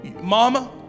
mama